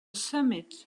summit